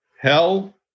hell